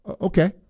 Okay